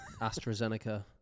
AstraZeneca